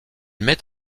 met